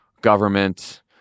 government